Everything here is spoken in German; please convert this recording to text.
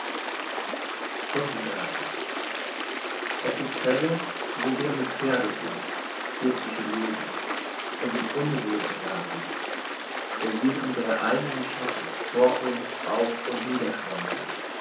es giebt fälle wo wir wie pferde sind wir psychologen und in unruhe gerathen wir sehen unsren eignen schatten vor uns auf und